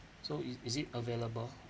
so is it is it available